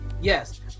yes